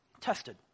tested